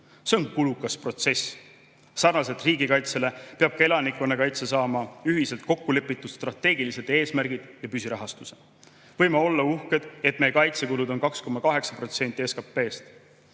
See on kulukas protsess. Sarnaselt riigikaitsega peab ka elanikkonnakaitse saama ühiselt kokkulepitud strateegilised eesmärgid ja püsirahastuse. Võime olla uhked, et meie kaitsekulud on 2,8% SKT-st.